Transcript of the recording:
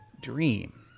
dream